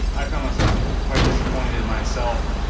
i found myself quite disappointed in myself.